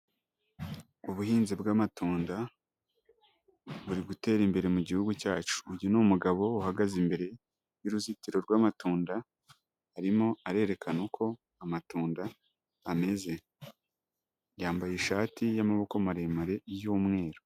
Ubuhinzi bw'amatunda buri gutera imbere mu gihugu cyacu, uyu ni umugabo uhagaze imbere y'uruzitiro rw'amatunda arimo arerekana uko amatunda ameze, yambaye ishati y'amaboko maremare y'umweru.